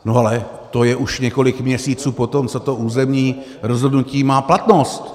No ale to je už několik měsíců po tom, co to územní rozhodnutí má platnost.